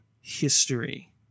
history